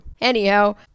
Anyhow